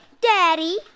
Daddy